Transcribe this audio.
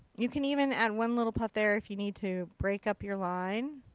you can even add one little puff there if you need to break up your line.